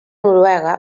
noruega